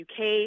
UK